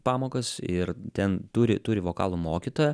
pamokas ir ten turi turi vokalo mokytoją